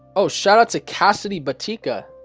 oh shout out to cassidy motika.